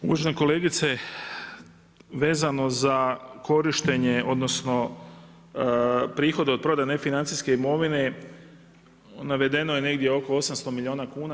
Uvažene kolegice vezano za korištenje odnosno prihode od prodaje nefinancijske imovine navedeno je negdje oko 800 milijuna kuna.